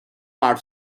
per